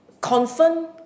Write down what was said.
confirm